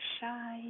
shy